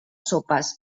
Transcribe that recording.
sopes